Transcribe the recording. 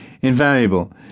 invaluable